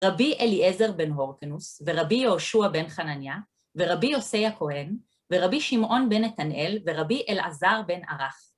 רבי אליעזר בן הורקנוס, ורבי יהושע בן חנניה, ורבי יוסי הכהן, ורבי שמעון בן נתנאל, ורבי אלעזר בן ערך.